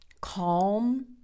calm